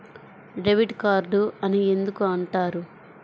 Debit card అని ఎందుకు అంటారు?